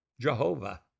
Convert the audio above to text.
Jehovah